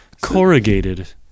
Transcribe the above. Corrugated